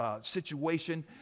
situation